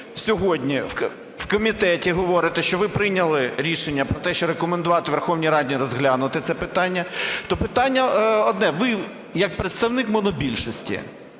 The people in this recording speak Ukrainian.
сьогодні в комітеті говорите, що ви прийняли рішення про те, що рекомендувати Верховній Раді розглянути це питання. То питання одне: ви як представник монобільшості,